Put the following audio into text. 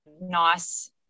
nice